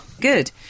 good